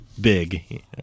big